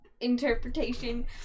interpretation